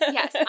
Yes